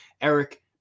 Eric